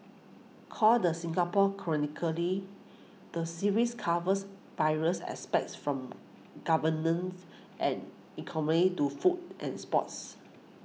called the Singapore chronically the series covers various aspects from governance and economy to food and sports